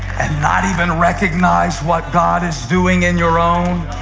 and not even recognize what god is doing in your own?